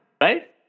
Right